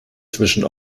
zwischen